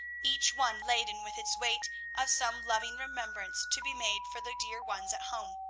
each one laden with its weight of some loving remembrance to be made for the dear ones at home.